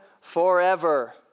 forever